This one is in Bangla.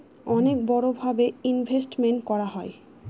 অনেক বড়ো ভাবে ইনভেস্টমেন্ট করা হয়